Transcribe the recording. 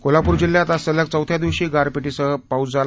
कोल्हापूर जिल्ह्यात आज सलग चौथ्या दिवशी गारपीटीसह पाऊस झाला